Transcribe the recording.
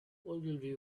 ogilvy